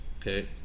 okay